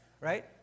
right